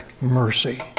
mercy